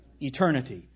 Eternity